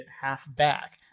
halfback